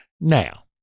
Now